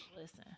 Listen